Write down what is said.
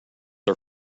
are